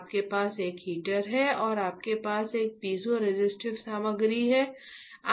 आपके पास एक हीटर है और आपके पास एक पीज़ोरेसिस्टिव सामग्री है